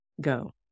go